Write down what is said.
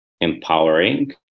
empowering